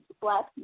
black